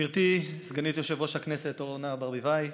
גברתי סגנית יושב-ראש הכנסת אורנה ברביבאי,